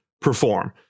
Perform